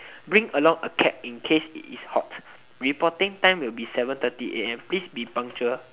bring along a cap in case it is hot reporting time will be seven thirty am please be punctual